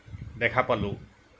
দেখা পালোঁ